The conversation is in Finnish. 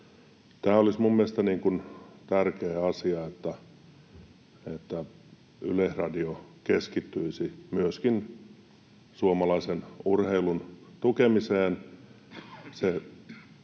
mielestäni olisi tärkeä asia, että Yleisradio keskittyisi myöskin suomalaisen urheilun tukemiseen.